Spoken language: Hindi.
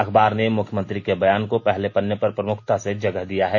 अखबार ने मुख्यमंत्री के बयान को पहले पन्ने पर प्रमुखता से जगह दिया है